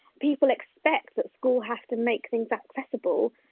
people expect that school have to make things accessible.